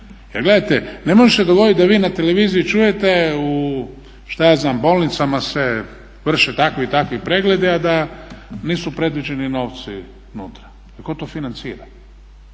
Jer gledajte ne može se dogoditi da vi na televiziji čujete u što ja znam bolnicama se vrše takvi i takvi pregledi, a da nisu predviđeni novci unutra. Tko to financira?